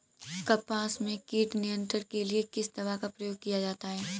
कपास में कीट नियंत्रण के लिए किस दवा का प्रयोग किया जाता है?